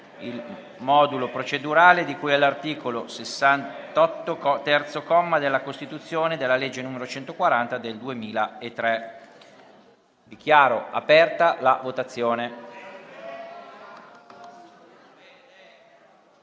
il modulo procedurale di cui all'articolo 68, terzo comma, della Costituzione e della legge n. 140 del 2003. *(Segue la votazione).*